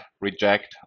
reject